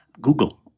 Google